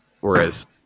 Whereas